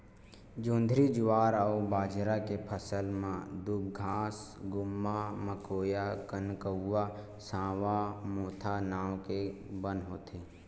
जोंधरी, जुवार अउ बाजरा के फसल म दूबघास, गुम्मा, मकोया, कनकउवा, सावां, मोथा नांव के बन होथे